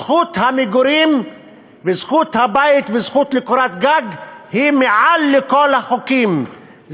זכות המגורים וזכות הבית והזכות לקורת גג היא מעל לכל החוקים,